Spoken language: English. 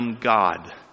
God